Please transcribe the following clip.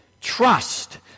trust